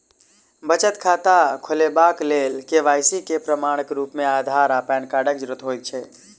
बचत खाता खोलेबाक लेल के.वाई.सी केँ प्रमाणक रूप मेँ अधार आ पैन कार्डक जरूरत होइ छै